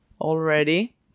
already